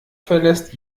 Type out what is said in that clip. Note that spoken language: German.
verlässt